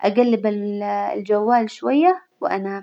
أجلب الجوال شوية وأنام.